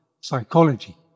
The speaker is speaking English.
psychology